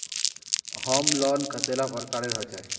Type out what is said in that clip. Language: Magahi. होम लोन कतेला प्रकारेर होचे?